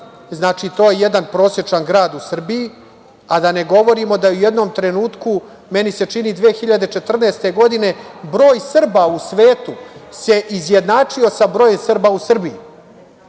to je jedan prosečan grad u Srbiji, a da ne govorimo da je u jednom trenutku, meni se čini 2014. godine, broj Srba u svetu se izjednačio sa brojem Srba u Srbiji.